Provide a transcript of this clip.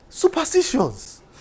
Superstitions